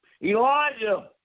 Elijah